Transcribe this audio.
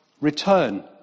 return